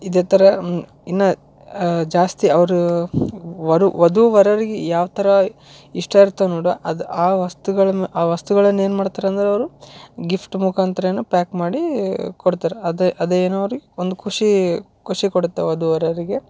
ಇದೇ ಥರ ಇನ್ನು ಜಾಸ್ತಿ ಅವ್ರು ವಧು ವಧುವರರಿಗೆ ಯಾವ ಥರ ಇಷ್ಟ ಇರ್ತದೆ ನೋಡಿ ಅದು ಆ ವಸ್ತುಗಳನ್ನು ಆ ವಸ್ತುಗಳನ್ನು ಏನು ಮಾಡ್ತಾರೆ ಅಂದ್ರೆ ಅವರು ಗಿಫ್ಟ್ ಮುಖಾಂತ್ರನೆ ಪ್ಯಾಕ್ ಮಾಡಿ ಕೊಡ್ತಾರೆ ಅದು ಅದೇನೋ ಅವ್ರಿಗೆ ಒಂದು ಖುಷಿ ಖುಷಿ ಕೊಡುತ್ತೆ ವಧು ವರರಿಗೆ